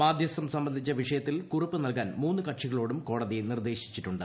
മാധ്യസ്ഥം സംബന്ധിച്ച വിഷയത്തിൽ കുറിപ്പ് നൽകാൻ മൂന്ന് കക്ഷികളോടും കോടതി നിർദ്ദേശിച്ചിട്ടുണ്ട്